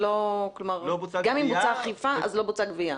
גם אם בוצעה אכיפה, לא בוצעה גבייה.